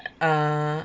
uh